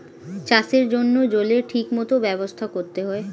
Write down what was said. চাষের জন্য জলের ঠিক মত ব্যবস্থা করতে হয়